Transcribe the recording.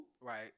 Right